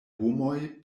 homoj